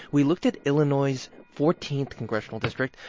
we looked at illinois's fourteenth congressional district,